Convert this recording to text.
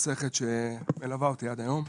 מסכת שמלווה אותי עד היום.